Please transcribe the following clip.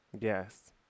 yes